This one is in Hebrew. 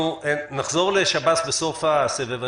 נחזור לשב"ס בסוף הסבב.